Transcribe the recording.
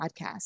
Podcast